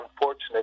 unfortunate